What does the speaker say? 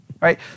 Right